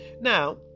Now